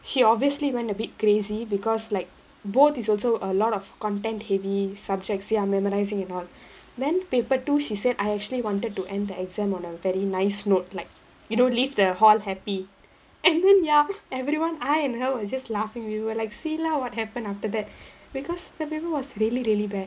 she obviously went a bit crazy because like both is also a lot of content heavy subjects ya memorising a lot then paper two she said I actually wanted to end the exam on a very nice note like you know leave the hall happy and then ya everyone I and her were just laughing we were like see lah what happened after that because the paper was really really bad